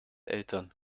eltern